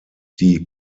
die